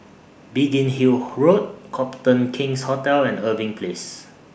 Biggin Hill Road Copthorne King's Hotel and Irving Place